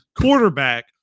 quarterback